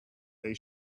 they